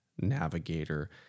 Navigator